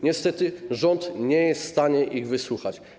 Niestety rząd nie jest w stanie ich wysłuchać.